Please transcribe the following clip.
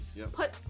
put